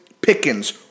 Pickens